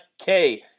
FK